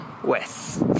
West